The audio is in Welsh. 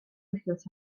wythnos